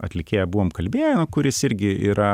atlikėją buvom kalbėję kuris irgi yra